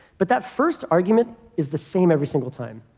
but that first argument is the same every single time.